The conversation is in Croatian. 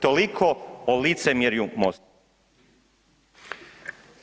Toliko o licemjerju MOST-a.